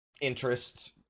interest